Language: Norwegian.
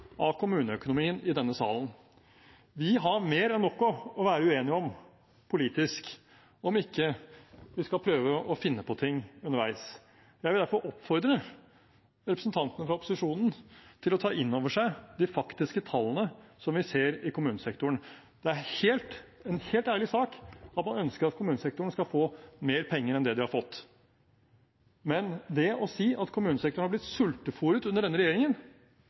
av kommuneøkonomien i denne salen. Vi har mer enn nok å være uenige om politisk om vi ikke skal prøve å finne på ting underveis. Jeg vil derfor oppfordre representantene fra opposisjonen til å ta inn over seg de faktiske tallene som vi ser i kommunesektoren. Det er en helt ærlig sak at man ønsker at kommunesektoren skal få mer penger enn det de har fått, men det å si at kommunesektoren har blitt sultefôret under denne regjeringen,